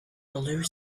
blue